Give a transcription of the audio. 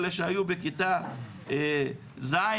אלה שהיו בכיתה ז',